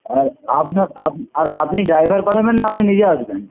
আর আপনার আর আপনি ড্রাইভার পাঠাবেন না আপনি নিজে আসবেন